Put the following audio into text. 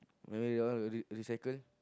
maybe that one re~ recycle